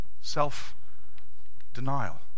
self-denial